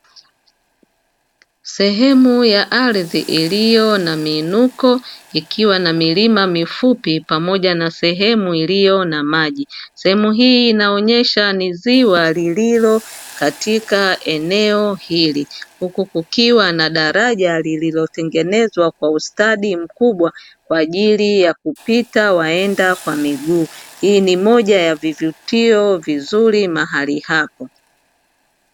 Sehemu ya ardhi iliyo na miinuko, ikiwa na milima mifupi pamoja na sehemu iliyo na maji. Sehemu hii inaonyesha ni ziwa lililo katika eneo hili, huku kukiwa na daraja lililotengenezwa kwa ustadi mkubwa kwa ajili ya kupita waenda kwa miguu. Hii ni moja ya vivutio vizuri mahali hapo.